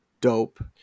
dope